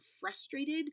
frustrated